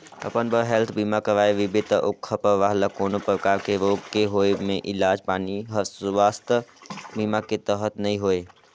अपन बर हेल्थ बीमा कराए रिबे त ओखर परवार ल कोनो परकार के रोग के होए मे इलाज पानी हर सुवास्थ बीमा के तहत नइ होए